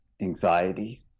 anxiety